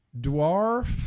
Dwarf